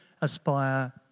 aspire